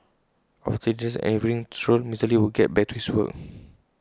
after his dinner and evening stroll Mister lee would get back to his work